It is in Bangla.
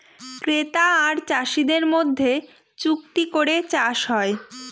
ক্রেতা আর চাষীদের মধ্যে চুক্তি করে চাষ হয়